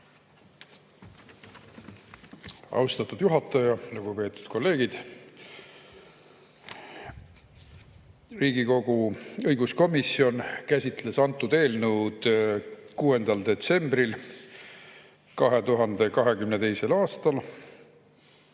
Austatud juhataja! Lugupeetud kolleegid! Riigikogu õiguskomisjon käsitles antud eelnõu 6. detsembril 2022. aastal.